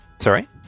Sorry